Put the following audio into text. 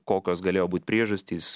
kokios galėjo būt priežastys